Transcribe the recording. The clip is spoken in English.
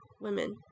women